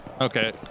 okay